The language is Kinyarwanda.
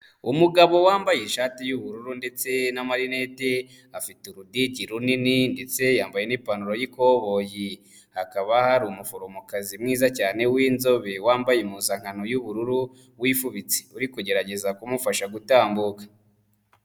Umugabo wambaye ishati y'ubururu ndetse n'amarinete, afite urudigi runini, ndetse yambaye n'ipantaro y'ikoboyi, hakaba hari umuforomokazi mwiza cyane w'inzobe, wambaye impuzankano y'ubururu, wifubitse, uri kugerageza kumufasha gutambuka.